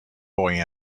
boy